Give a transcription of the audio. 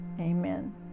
Amen